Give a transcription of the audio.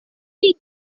eat